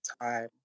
time